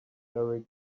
eric